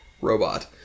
robot